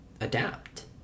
adapt